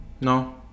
No